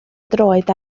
droed